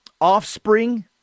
Offspring